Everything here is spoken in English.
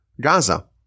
Gaza